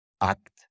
act